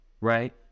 Right